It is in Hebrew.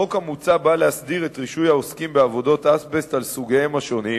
החוק המוצע נועד להסדיר את רישוי העוסקים בעבודות אזבסט לסוגיהם השונים,